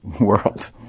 world